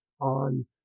on